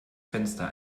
fenster